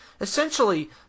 Essentially